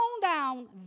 down